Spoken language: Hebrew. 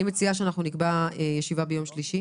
אני מציעה שנקבע ישיבה כבר ליום שלישי